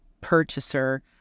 purchaser